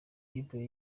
bible